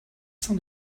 sein